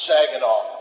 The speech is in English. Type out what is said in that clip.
Saginaw